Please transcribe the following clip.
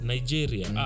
Nigeria